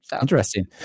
Interesting